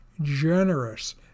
generous